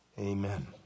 Amen